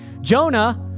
Jonah